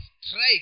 strike